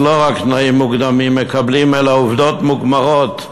אז לא רק תנאים מוקדמים מקבלים אלא עובדות מוגמרות.